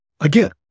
again